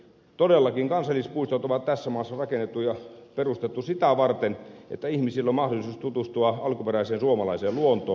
todellakin kansallispuistot on tässä maassa rakennettu ja perustettu sitä varten että ihmisillä on mahdollisuus tutustua alkuperäiseen suomalaiseen luontoon